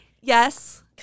Yes